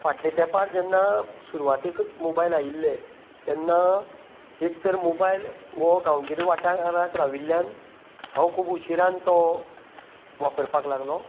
फाटलें तेंपार जेन्ना सुरवातेकच मोबायल आयिल्ले तेन्ना एकतर मोबायल वो गांवगिरो वाठारांत राविल्ल्यान हांव खूब उशिरान तो वापरपाक लागलों